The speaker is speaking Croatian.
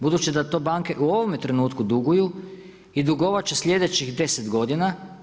Budući da to banke u ovome trenutku duguju i dugovat će sljedećih 10 godina.